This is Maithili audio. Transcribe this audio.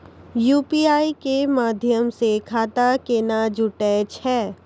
यु.पी.आई के माध्यम से खाता केना जुटैय छै?